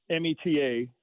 Meta